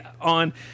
on